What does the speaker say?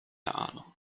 ahnung